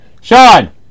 Sean